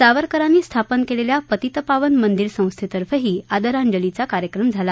सावरकरांनी स्थापन केलेल्या पतितपावन मंदिर संस्थेतफेंही आदराजंलीचा कार्यक्रम झाला